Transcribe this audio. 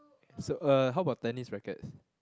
so uh how about tennis rackets